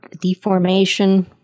Deformation